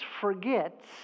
forgets